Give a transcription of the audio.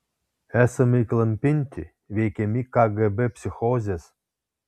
esame įklampinti veikiami kgb psichozės